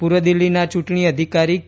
પૂર્વ દિલ્હીના ચૂંટણી અધિકારી કે